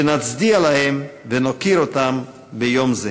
שנצדיע להם ונוקיר אותם ביום זה.